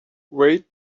wait